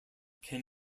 can